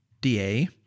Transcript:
DA